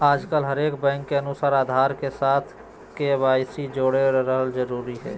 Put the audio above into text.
आजकल हरेक बैंक के अनुसार आधार के साथ के.वाई.सी जोड़े ल जरूरी हय